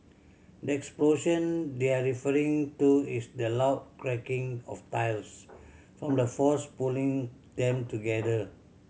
the explosion they're referring to is the loud cracking of tiles from the force pulling them together